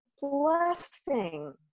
blessing